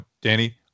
Danny